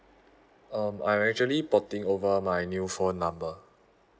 um I'm actually porting over my new phone number